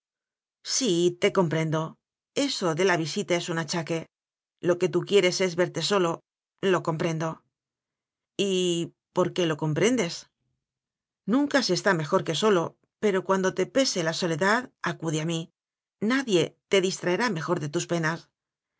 sí te comprendo eso de la visita es un achaque lo que tú quieres es verte solo lo comprendo y por qué lo comprendes nunca se está mejor que solo pero cuando te pese la soledad acude a mí na die te distraerá mejor de tus penas